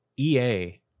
EA